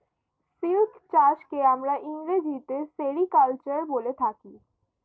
silk চাষকে আমরা ইংরেজিতে সেরিকালচার বলে থাকি